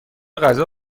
غذا